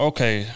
Okay